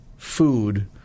food